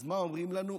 אז מה אומרים לנו?